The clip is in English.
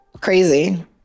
crazy